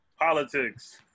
Politics